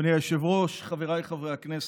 אדוני היושב-ראש, חבריי חברי הכנסת,